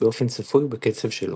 באופן צפוי ובקצב שלו.